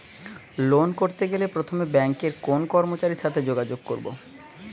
Loan করতে গেলে প্রথমে ব্যাঙ্কের কোন কর্মচারীর সাথে যোগাযোগ করব?